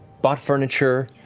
bought furniture,